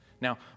Now